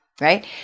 right